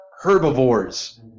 herbivores